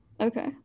Okay